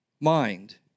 mind